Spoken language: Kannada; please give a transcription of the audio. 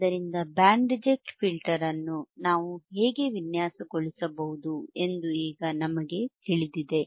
ಆದ್ದರಿಂದ ಬ್ಯಾಂಡ್ ರಿಜೆಕ್ಟ್ ಫಿಲ್ಟರ್ ಅನ್ನು ನಾವು ಹೇಗೆ ವಿನ್ಯಾಸಗೊಳಿಸಬಹುದು ಎಂದು ಈಗ ನಮಗೆ ತಿಳಿದಿದೆ